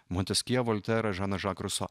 monteskjė volteras žanas žak ruso